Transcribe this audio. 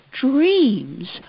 dreams